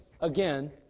again